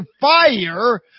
fire